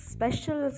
Special